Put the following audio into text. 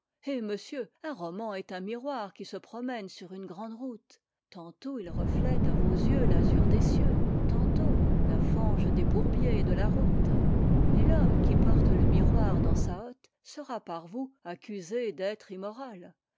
hé monsieur un roman est un miroir qui se promène sur une grande route tantôt il reflète à vos yeux l'azur des cieux tantôt la fange des bourbiers de la route et l'homme qui porte le miroir dans sa hotte sera par vous accusé d'être immoral